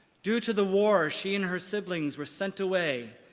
due to the war, she and her siblings were sent away,